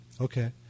Okay